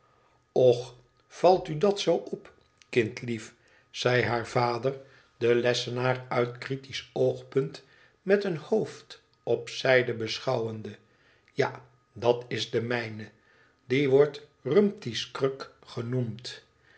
och valt u dat zoo op kindlief zei haar vader den lessenaar uit critisch oogpunt met het een hoofd op zijde beschouwende ja dat is de mijne die wordt rumty's kruk genoemd